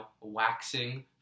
waxing